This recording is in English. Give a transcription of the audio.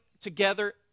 together